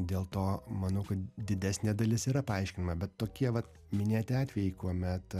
dėl to manau kad didesnė dalis yra paaiškinama bet tokie vat minėti atvejai kuomet